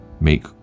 make